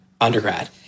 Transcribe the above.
undergrad